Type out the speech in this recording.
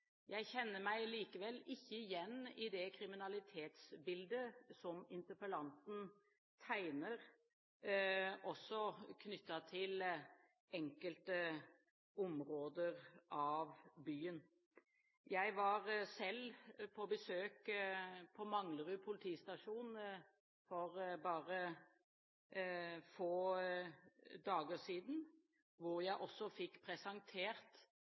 Jeg kjenner meg likevel ikke igjen i det kriminalitetsbildet som interpellanten tegner, også knyttet til enkelte områder av byen. Jeg var selv på besøk på Manglerud politistasjon for bare få dager siden. Der fikk jeg også presentert